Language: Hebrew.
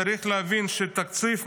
צריך להבין שתקציב,